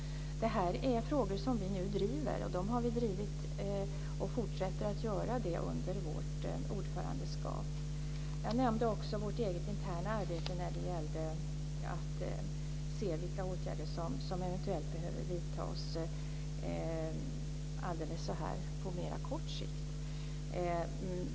Det här är frågor som vi nu driver. Dessa har vi drivit och kommer att fortsätta driva under vårt ordförandeskap. Jag nämnde också vårt eget interna arbete när det gäller att se vilka åtgärder som eventuellt behöver vidtas på mer kort sikt.